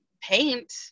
paint